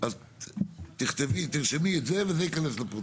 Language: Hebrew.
אז תכתבי, תרשמי את זה, וזה ייכנס לפרוטוקול.